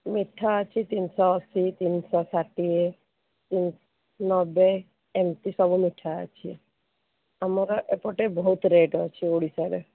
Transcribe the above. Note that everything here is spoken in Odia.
ମିଠା ଅଛି ତିନଶ ଅଶି ତିନିଶହ ଷାଠିଏ ତିନଶହ ନବେ ଏମିତି ସବୁ ମିଠା ଅଛି ଆମର ଏପଟେ ବହୁତୁ ରେଟ୍ ଅଛି ଓଡ଼ିଶାରେ